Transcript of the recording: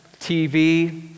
TV